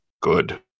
Good